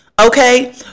Okay